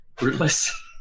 rootless